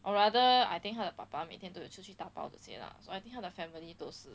or rather I think 他的 papa 每天都有出去打包回家 I think 他的 family 肚都是